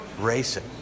racing